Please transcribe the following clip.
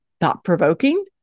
thought-provoking